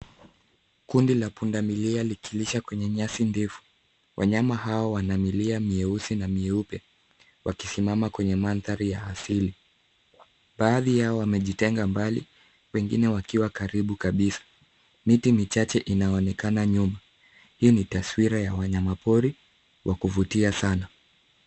Kundi la pundamilia likilisha kwenye nyasi ndefu. Wanyama hao wana milia myeusi na myeupe wakisimama kwenye mandhari ya asili. Baadhi yao wamejitenga mbali wengine wakiwa karibu kabisa. Miti michache inaonekana nyuma. Hii ni taswira ya wanyamapori wa kuvutia sana.